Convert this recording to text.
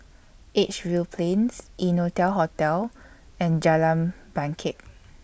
Edgefield Plains Innotel Hotel and Jalan Bangket